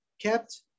kept